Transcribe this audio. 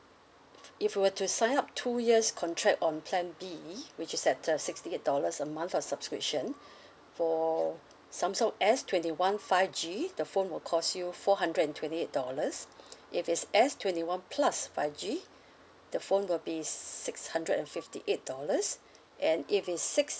if you were to sign up two years contract on plan B which is at uh sixty dollars a month of subscription for samsung S twenty one five G the phone will cost you four hundred and twenty eight dollars if it's S twenty one plus five G the phone will be six hundred and fifty eight dollars and if it's six